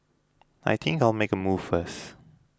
I think I'll make a move first